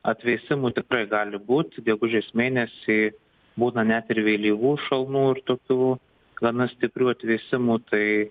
atvėsimų tikrai gali būt gegužės mėnesį būna net ir vėlyvų šalnų ir tokių gana stiprių atvėsimų tai